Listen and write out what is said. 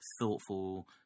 thoughtful